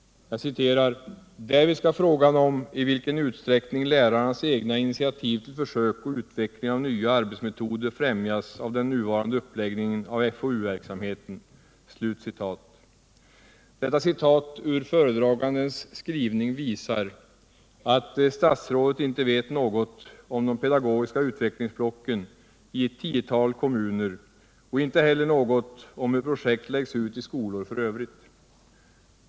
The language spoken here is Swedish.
”Därvid skall frågan om i vilken utsträckning lärarnas egna initiativ till försök och utveckling av nya arbetsmetoder främjas av den nuvarande uppläggningen av FoU-verksamheten.” Detta citat ur föredragandens skrivning visar att statsrådet inte vet något om de pedagogiska utvecklingsblocken i ett tiotal kommuner och inte heller något om hur projekt läggs ut i skolor f. ö.